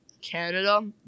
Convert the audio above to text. Canada